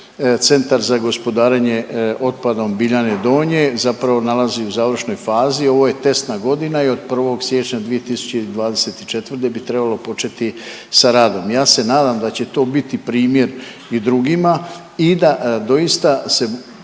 Centar za gospodarenje otpadom Biljane Donje zapravo nalazi u završnoj fazi. Ovo je testna godina i od 1. siječnja 2024. bi trebalo početi sa radom. Ja se nadam da će to biti primjer i drugima i da doista se